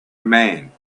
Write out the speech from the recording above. man